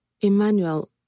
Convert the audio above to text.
Emmanuel